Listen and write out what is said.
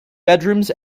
bedrooms